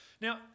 Now